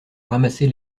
ramasser